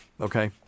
Okay